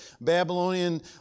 Babylonian